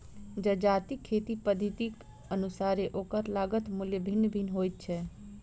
जजातिक खेती पद्धतिक अनुसारेँ ओकर लागत मूल्य भिन्न भिन्न होइत छै